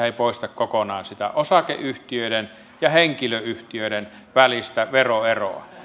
ei poista kokonaan sitä osakeyhtiöiden ja henkilöyhtiöiden välistä veroeroa